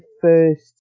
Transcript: first